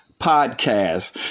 podcast